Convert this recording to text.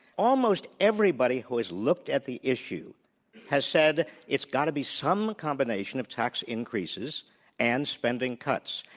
almost everybody who has looked at the issue has said it's got to be some combination of tax increases and spending cuts.